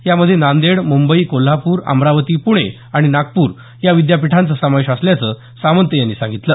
यामध्ये नांदेड मुंबई कोल्हापूर अमरावती पुणे आणि नागपूर या विद्यापीठांचा समावेश असल्याचं सामंत यांनी सांगितलं